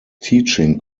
teaching